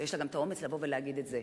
ויש לה האומץ לבוא ולהגיד את זה.